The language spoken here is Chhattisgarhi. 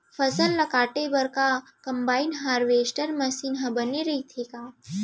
फसल ल काटे बर का कंबाइन हारवेस्टर मशीन ह बने रइथे का?